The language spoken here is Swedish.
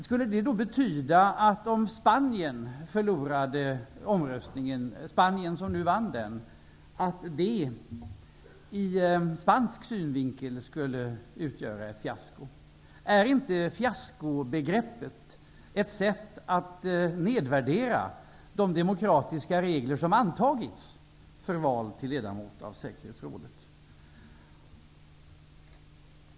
Skulle det betyda att det ur spansk synvinkel skulle utgöra ett fiasko om Spanien, som nu vann omröstningen, förlorade den? Är inte benämningen fiasko ett sätt att nedvärdera de demokratiska regler som antagits för val till ledamot av Säkerhetsrådet?